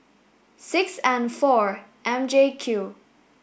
six N four M J Q